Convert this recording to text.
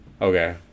okay